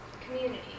community